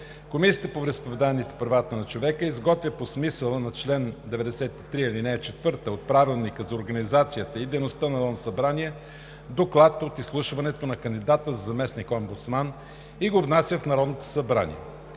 Комисията по вероизповеданията и правата на човека изготвя по смисъла на чл. 93, ал. 4 от Правилника за организацията и дейността на Народното събрание доклад от изслушването на кандидата за заместник-омбудсман и го внася в Народното събрание.